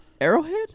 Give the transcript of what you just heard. Arrowhead